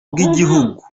bw’igihugu